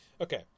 okay